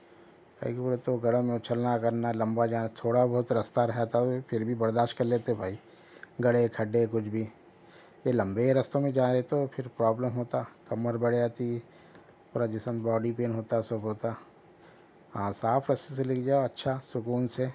کاہے کو بولے تو گڑھو میں اچھلنا گرنا لمبا جانا تھوڑا بہت رستہ رہتا بھی پھر بھی برداشت کر لیتے بھائی گڑھے کھڈے کچھ بھی یہ لمبے رستوں میں کیا ہے تو پھر پرابلم ہوتا کمر بیٹھ جاتی پورا جسم باڈی پین ہوتا سب ہوتا ہوتا ہاں صاف رستے سے لے کے جاؤ اچھا سکون سے